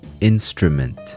instrument